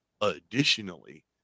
Additionally